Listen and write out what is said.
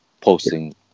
posting